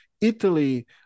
Italy